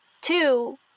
Two